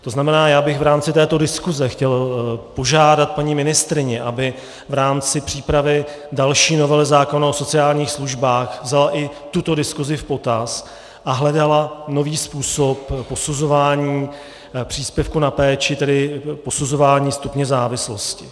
To znamená, že bych v rámci této diskuse chtěl požádat paní ministryni, aby v rámci přípravy další novely zákona o sociálních službách vzala i tuto diskusi v potaz a hledala nový způsob posuzování příspěvku na péči, tedy posuzování stupně závislosti.